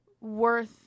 worth